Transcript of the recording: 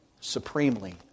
supremely